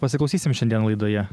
pasiklausysim šiandien laidoje